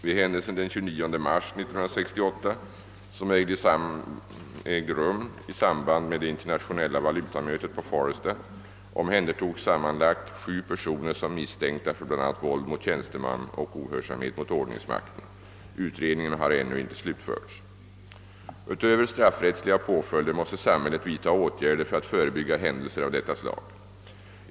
Vid händelsen den 29 mars 1968, som ägde rum i samband med det internationella valutamötet på Foresta, omhändertogs sammanlagt sju personer som misstänkta för bl.a. våld mot tjänsteman och ohörsamhet mot ordningsmakten. Utredningen har ännu ej slutförts. Utöver straffrättsliga påföljder måste samhället vidta åtgärder för att förebygga händelser av detta slag.